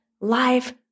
life